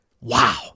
Wow